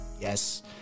Yes